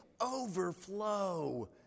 overflow